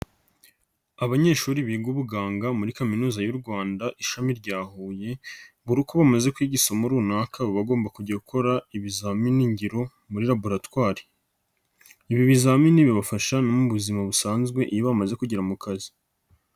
Abanyeshuri biga ubuganga muri kaminuza y'u Rwanda, ishami rya Huye, buri uko bamaze kwiigisomo runaka bagomba kujyakora ibizaminingiro muri laboratwari. Ibi bizamini bibafasha no mu buzima busanzwe iyo bamaze kugera mu kazi.